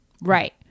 Right